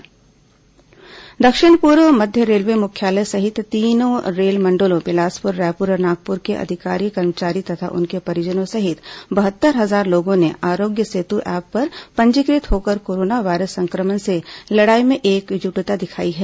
corona railway Aarogya Setu दक्षिण पूर्व मध्य रेलवे मुख्यालय सहित तीनों रेल मंडलों बिलासपुर रायपुर और नागपुर के अधिकारी कर्मचारी तथा उनके परिजनों सहित बहत्तर हजार लोगों ने आरोग्य सेतु ऐप पर पंजीकृत होकर कोरोना वायरस संक्रमण से लड़ाई में एकजुटता दिखाई है